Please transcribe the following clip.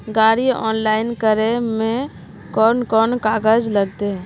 गाड़ी ऑनलाइन करे में कौन कौन कागज लगते?